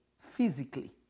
physically